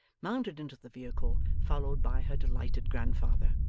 mounted into the vehicle, followed by her delighted grandfather.